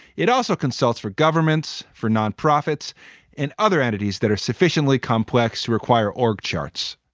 it also consults for governments, for nonprofits and other entities that are sufficiently complex to require. org charts.